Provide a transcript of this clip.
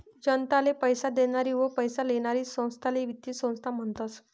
जनताले पैसा देनारी व पैसा लेनारी संस्थाले वित्तीय संस्था म्हनतस